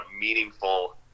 meaningful